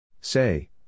Say